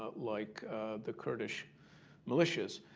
ah like the kurdish militias.